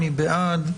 מי בעד?